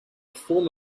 form